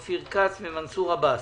אופיר כץ ומנסור עבאס.